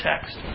text